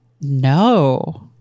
No